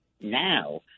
now